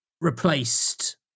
replaced